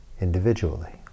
individually